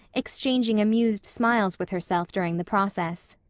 exchanging amused smiles with herself during the process.